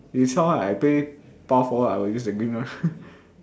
is somewhat I play power four ah but I will use the green one